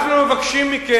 לא צריך לומר את זה,